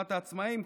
תנועת העצמאים,